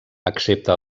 excepte